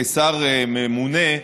כשר ממונה,